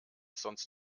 sonst